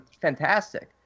fantastic